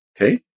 Okay